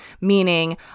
Meaning